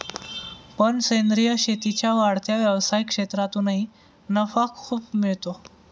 पण सेंद्रीय शेतीच्या वाढत्या व्यवसाय क्षेत्रातूनही नफा खूप मिळतो